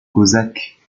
cosaque